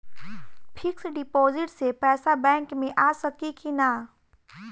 Fix deposit से पैसा bank मे आ सकी कि ना?